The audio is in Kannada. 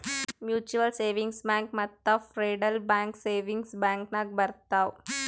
ಮ್ಯುಚುವಲ್ ಸೇವಿಂಗ್ಸ್ ಬ್ಯಾಂಕ್ ಮತ್ತ ಫೆಡ್ರಲ್ ಬ್ಯಾಂಕ್ ಸೇವಿಂಗ್ಸ್ ಬ್ಯಾಂಕ್ ನಾಗ್ ಬರ್ತಾವ್